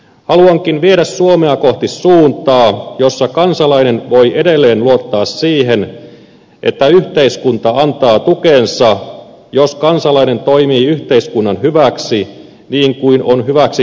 haluankin viedä suomea kohti suuntaa jossa kansalainen voi edelleen luottaa siihen että yhteiskunta antaa tukensa jos kansalainen toimii yhteiskunnan hyväksi niin kuin on hyväksi nähty